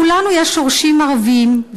לכולנו יש שורשים ערביים,